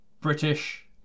British